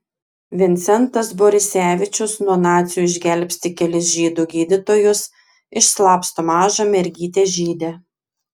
vincentas borisevičius nuo nacių išgelbsti kelis žydų gydytojus išslapsto mažą mergytę žydę